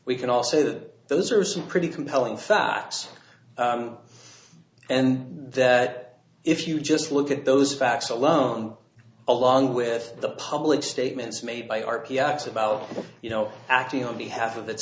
we can all say that those are some pretty compelling facts and that if you just look at those facts alone along with the public statements made by our p x about you know acting on behalf of